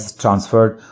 transferred